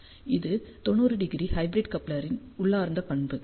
இது 90° ஹைபிரிட் கப்ளரின் உள்ளார்ந்த பண்பு